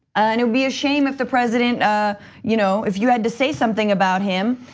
and it'd be a shame if the president ah you know if you had to say something about him,